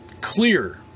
clear